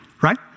right